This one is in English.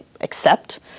accept